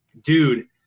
dude